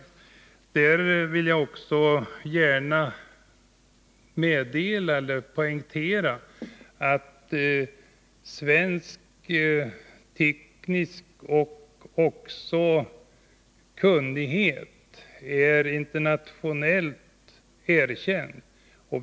I detta sammanhang vill jag också gärna poängtera att svensk teknisk kunnighet är internationellt erkänd.